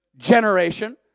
Generation